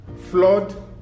flood